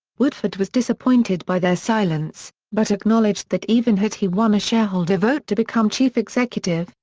woodford was disappointed by their silence, but acknowledged that even had he won a shareholder vote to become chief executive,